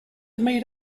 meet